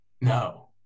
No